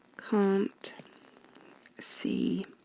can't see